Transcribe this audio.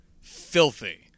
Filthy